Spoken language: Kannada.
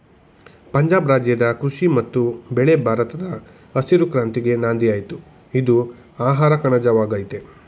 ಪಂಜಾಬ್ ರಾಜ್ಯದ ಕೃಷಿ ಮತ್ತು ಬೆಳೆ ಭಾರತದ ಹಸಿರು ಕ್ರಾಂತಿಗೆ ನಾಂದಿಯಾಯ್ತು ಇದು ಆಹಾರಕಣಜ ವಾಗಯ್ತೆ